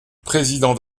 président